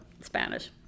Spanish